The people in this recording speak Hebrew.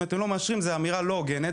אנחנו לא מאשרים זו אמירה לא הוגנת.